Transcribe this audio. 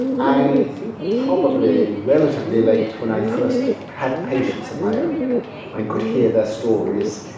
i think probably relatively late, when i first had patients of my own and could hear their stories.